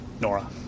Nora